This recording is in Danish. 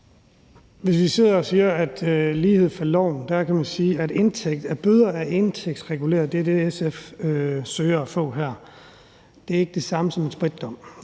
Hvis vi sidder og siger, at lighed for loven er, at bøder er indtægtsreguleret, som er det, SF søger at få her, så er det ikke det samme som en spritdom.